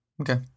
okay